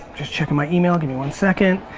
just checking my email. give me one second.